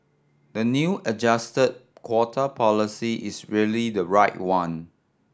the new adjusted quota policy is really the right one